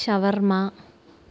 ഷവർമ്മ